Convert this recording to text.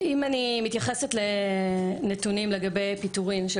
אם אני מתייחסת לנתונים לגבי פיטורים של